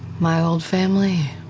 my old family,